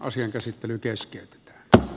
asian käsittely keskeytti to a